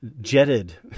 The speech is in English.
jetted